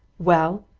well?